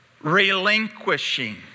Relinquishing